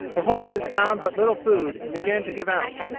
the horses found but little food, and began to give out.